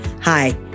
Hi